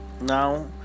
now